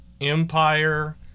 empire